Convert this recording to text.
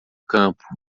campo